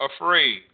afraid